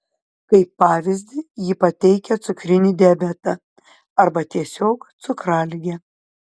kaip pavyzdį ji pateikia cukrinį diabetą arba tiesiog cukraligę